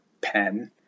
pen